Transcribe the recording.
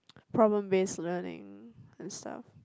problem based learning and stuff